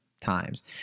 times